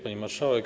Pani Marszałek!